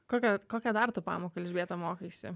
kokią kokią dar tu pamoką elžbieta mokaisi